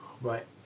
Right